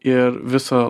ir visą